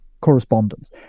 correspondence